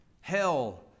hell